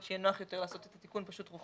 שיהיה נוח יותר לעשות את התיקון רוחבית,